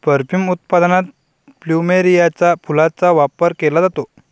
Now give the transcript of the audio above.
perfume उत्पादनात प्लुमेरियाच्या फुलांचा वापर केला जातो